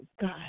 God